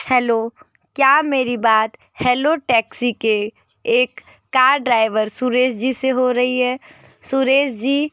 hello क्या मेरी बात हेलो टेक्सी के एक कार ड्राइवर सुरेश जी से हो रही है सुरेश जी